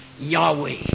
Yahweh